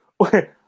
okay